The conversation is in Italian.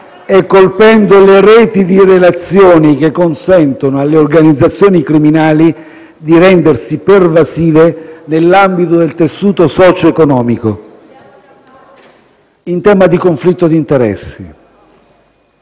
e colpendo le reti di relazioni che consentono alle organizzazioni criminali di rendersi pervasive nell'ambito del tessuto socioeconomico. Per quanto riguarda il conflitto d'interessi,